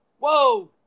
Whoa